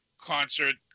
concert